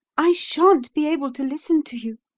i shan't be able to listen to you.